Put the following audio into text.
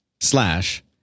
slash